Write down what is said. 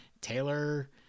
Taylor